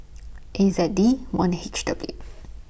A Z D one H W